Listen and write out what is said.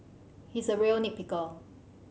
he is a real nit picker